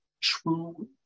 true